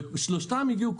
ושלושתם הגיעו,